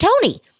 Tony